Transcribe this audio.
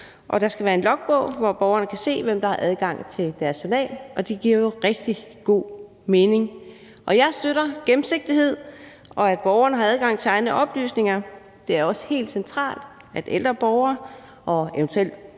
der skal være en logbog, hvor borgerne kan se, hvem der har adgang til deres journal. Det giver rigtig god mening. Jeg støtter gennemsigtighed, og at borgerne har adgang til egne oplysninger. Det er også helt centralt, at ældre borgere og eventuelt